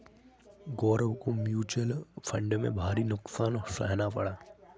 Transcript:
गौरव को mutual fund में भारी नुकसान सहना पड़ा